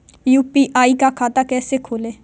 UPI का खाता कैसे खोलें?